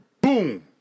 Boom